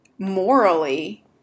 Morally